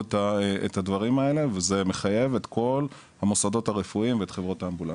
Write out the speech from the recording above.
את הדברים וזה מחייב את כל המוסדות ואת האמבולנסים,